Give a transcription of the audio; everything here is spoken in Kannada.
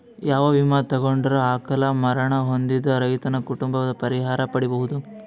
ಯಾವ ವಿಮಾ ತೊಗೊಂಡರ ಅಕಾಲ ಮರಣ ಹೊಂದಿದ ರೈತನ ಕುಟುಂಬ ಪರಿಹಾರ ಪಡಿಬಹುದು?